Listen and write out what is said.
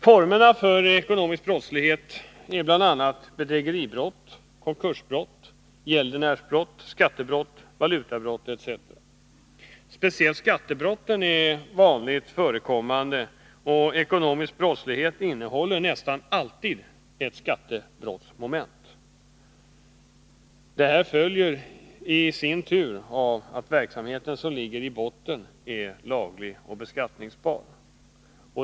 Formerna för ekonomisk brottslighet är bl.a. bedrägeribrott, konkursbrott, gäldenärsbrott, skattebrott och valutabrott. Speciellt skattebrotten är vanligt förekommande, och ekonomisk brottslighet innehåller nästan alltid ett skattebrottsmoment. Detta följer i sin tur av att verksamheten som ligger i botten är laglig och beskattningsbar.